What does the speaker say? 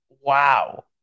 wow